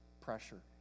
pressure